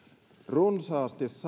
runsaasti